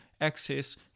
access